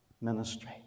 ministry